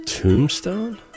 Tombstone